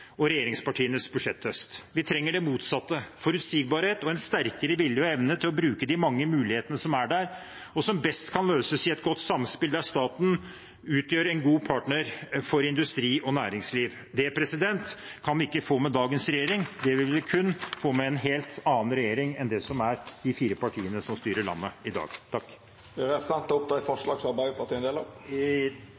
og regjeringspartienes budsjetthøst. Vi trenger det motsatte: forutsigbarhet og en sterkere vilje og evne til å bruke de mange mulighetene som er der, og som best kan løses i et godt samspill der staten utgjør en god partner for industri og næringsliv. Det kan vi ikke få med dagens regjering. Det vil vi kun få med en helt annen regjering enn de fire partiene som styrer landet i dag. Jeg tar opp forslagene nr. 16–18, fra Arbeiderpartiet og SV. Representanten Terje Aasland har teke opp